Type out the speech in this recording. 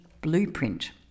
blueprint